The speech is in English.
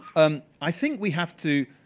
um i think we have to,